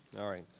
alright.